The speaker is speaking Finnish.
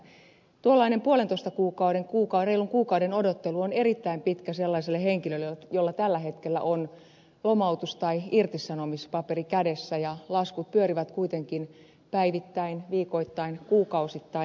tuollainen puolentoista kuukauden reilun kuukauden odottelu on erittäin pitkä sellaiselle henkilölle jolla tällä hetkellä on lomautus tai irtisanomispaperi kädessä ja laskut pyörivät kuitenkin päivittäin viikoittain kuukausittain